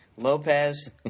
Lopez